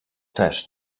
też